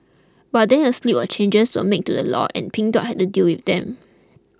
but then a slew of changes were made to the law and Pink Dot had to deal with them